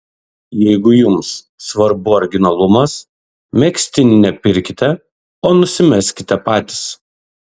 jeigu jums svarbu originalumas megztinį ne pirkite o nusimegzkite pati